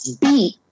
beat